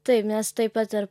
taip nes taip pat ir